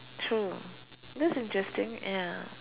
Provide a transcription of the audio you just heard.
true that's interesting ya